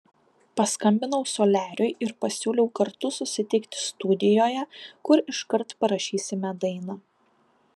paskambinau soliariui ir pasiūliau kartu susitikti studijoje kur iškart parašysime dainą